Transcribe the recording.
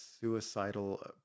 suicidal